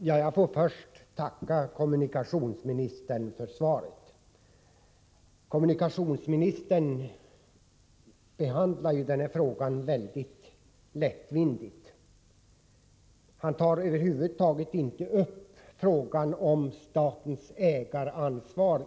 Herr talman! Först vill jag tacka kommunikationsministern för svaret. Kommunikationsministern behandlar den här frågan mycket lättvindigt. Över huvud taget tar han inte upp frågan om statens ägaransvar.